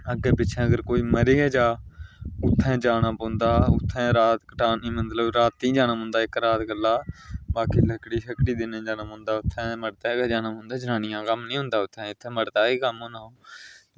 अग्गें पिच्छें अगर कोई मरी गै जा उत्थें जाना पौंदा उत्थें रातीं जाना पौंदा इक्क रात गल्ला बाकी लकड़ी देने गी जाना पौंदा उत्थें मर्दें गै जाना पौंदा जनानियें दा कम्म निं होंदा उत्थें नेईं इत्थें मर्दें दा ई कम्म होना ओह्